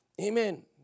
Amen